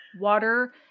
Water